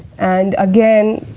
and again,